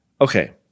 Okay